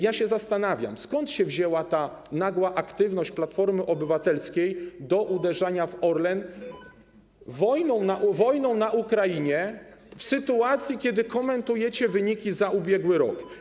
Ja się zastanawiam, skąd się wzięła ta nagła aktywność Platformy Obywatelskiej w uderzaniu w Orlen wojną na Ukrainie, w sytuacji kiedy komentujecie wyniki za ubiegły rok.